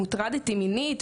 אם הוטרדתי מינית,